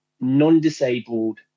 non-disabled